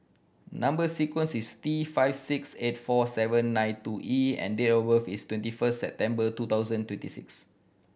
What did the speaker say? number sequence is T five six eight four seven nine two E and date of birth is twenty first September two thousand and twenty six